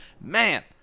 Man